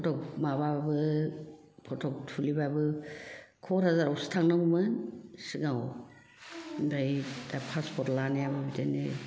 फट फट माबाबाबो फट थुलिबाबो क'क्राझार आवसो थांनोंगौमोन सिगाङाव ओमफ्राय दा फासपर्थ लानायाबो बिदिनो